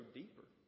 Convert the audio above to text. deeper